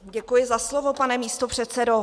Děkuji za slovo, pane místopředsedo.